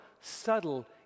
subtle